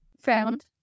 found